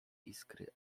iskry